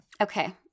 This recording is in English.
Okay